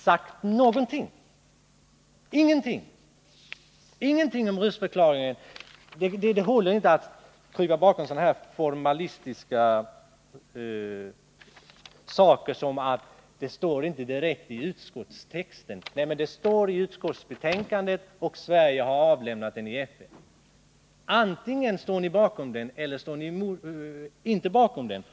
Varför har ni ingenting sagt om röstförklaringen? Det håller inte att krypa bakom sådana formalistiska förklaringar som att det inte står någonting om den i utskottets skrivning. Den finns omnämnd i utskottsbetänkandet, och Sverige har avlämnat den i FN. Antingen står ni bakom den eller också står ni inte bakom den.